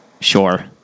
Sure